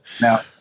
Now